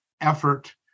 effort